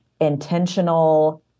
intentional